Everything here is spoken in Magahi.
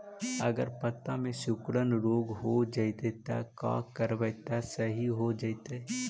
अगर पत्ता में सिकुड़न रोग हो जैतै त का करबै त सहि हो जैतै?